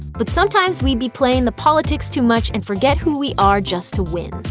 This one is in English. but sometimes we be playing the politics too much and forget who we are just to win.